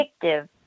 addictive